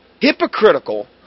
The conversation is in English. hypocritical